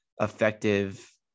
effective